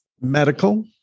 Medical